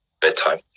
bedtime